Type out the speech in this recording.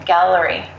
Gallery